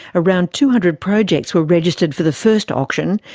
around two hundred projects were registered for the first auction,